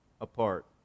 apart